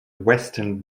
western